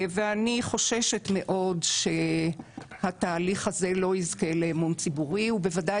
אני חוששת מאוד שהתהליך הזה לא יזכה לאמון ציבורי והוא בוודאי